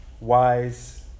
wise